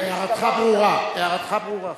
הערתך ברורה, הערתך ברורה.